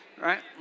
Right